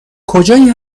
کجایی